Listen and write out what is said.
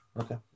Okay